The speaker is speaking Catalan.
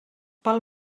pel